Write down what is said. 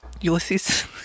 Ulysses